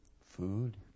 food